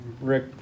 Rick